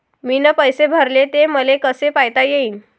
मीन पैसे भरले, ते मले कसे पायता येईन?